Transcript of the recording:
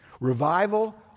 Revival